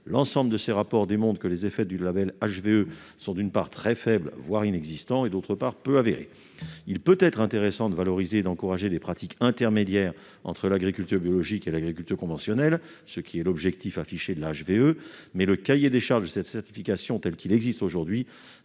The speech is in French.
Choisir. Tous ces rapports démontrent que les effets du label HVE sont très faibles, voire inexistants, et peu avérés. Il peut être intéressant de valoriser et d'encourager des pratiques intermédiaires entre l'agriculture biologique et l'agriculture conventionnelle, ce qui est l'objectif affiché de la HVE. Mais le cahier des charges de cette certification tel qu'il existe aujourd'hui